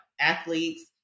athletes